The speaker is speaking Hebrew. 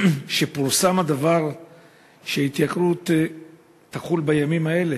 כשפורסם שהתייקרות תחול בימים האלה,